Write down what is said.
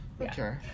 Okay